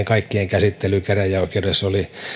kaikkien käsittely käräjäoikeudessa oli